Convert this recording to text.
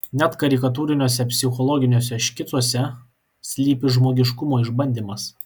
net karikatūriniuose psichologiniuose škicuose slypi žmogiškumo išbandymas